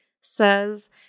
says